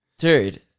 Dude